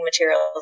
materials